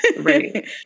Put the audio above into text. Right